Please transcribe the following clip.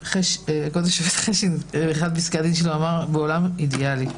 כבוד השופט חשין אמר באחד מפסקי הדין שלו: בעולם אידאלי.